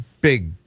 big